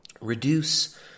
Reduce